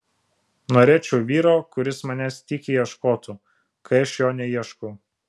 norėčiau vyro kuris manęs tykiai ieškotų kai aš jo neieškau